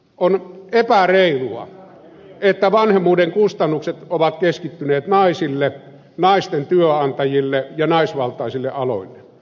on epäreilua että vanhemmuuden kustannukset ovat keskittyneet naisille naisten työnantajille ja naisvaltaisille aloille